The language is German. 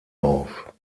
auf